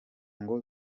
ngo